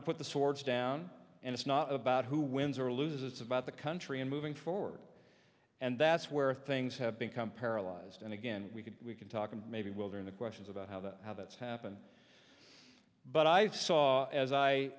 to put the swords down and it's not about who wins or loses it's about the country and moving forward and that's where things have become paralyzed and again we can we can talk and maybe we'll do in the questions about how the how that's happened but i saw as